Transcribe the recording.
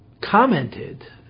commented